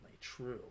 true